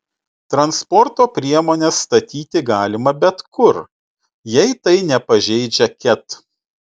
transporto priemones statyti galima bet kur jei tai nepažeidžia ket